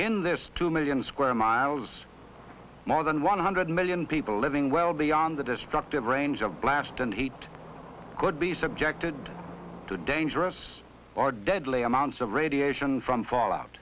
in this two million square miles more than one hundred million people living well beyond the destructive range of blast and eight could be subjected to dangerous or deadly amounts of radiation from fallout